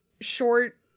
short